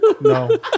No